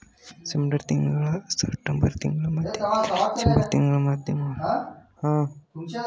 September ತಿಂಗಳ ಮಧ್ಯದಿಂದ December ತಿಂಗಳ ಮಧ್ಯದವರೆಗೆ ಲಿಲ್ಲಿ ಹೂವುಗಳನ್ನು ಬೆಳೆಯಲು ಉತ್ತಮ ಸಮಯವಾಗಿದೆ